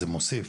זה מוסיף